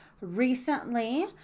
recently